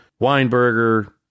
Weinberger